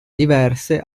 diverse